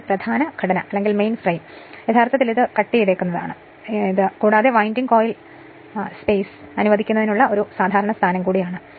ഇത് പ്രധാന ഘടന ആണ് യഥാർത്ഥത്തിൽ ഇത് മുറിച്ചതാണ് കൂടാതെ ഇത് വിൻഡിംഗ് കോയിൽ സ്പേസ് അനുവദിക്കുന്നതിനുള്ള ഒരു സാധാരണ സ്ഥാനം ആണ്